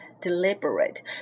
Deliberate